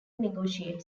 negotiate